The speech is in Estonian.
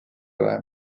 vähe